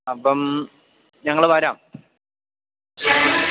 അപ്പം ഞങ്ങൾ വരാം